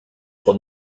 for